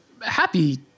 happy